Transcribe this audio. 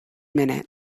minute